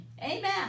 Amen